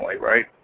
right